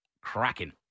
cracking